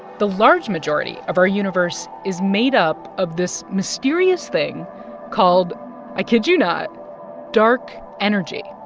the large majority of our universe is made up of this mysterious thing called i kid you not dark energy